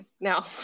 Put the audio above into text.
no